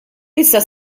issa